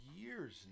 years